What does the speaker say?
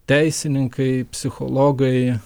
teisininkai psichologai